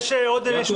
יעקב,